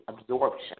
absorption